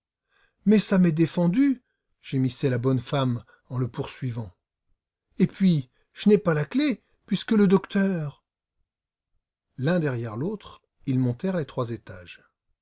mais ça m'est défendu gémissait la bonne femme en le poursuivant et puis je n'ai plus la clef puisque le docteur l'un derrière l'autre ils montèrent les trois étages